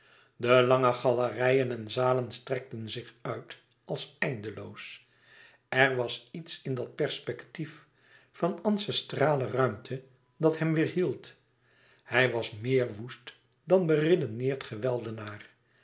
de lange galerijen en zalen strekten zich uit als eindeloos er was iets in dat perspectief van ancestrale ruimte dat hem weêrhield hij was meer woest dan beredeneerd geweldenaar